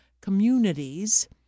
communities